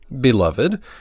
Beloved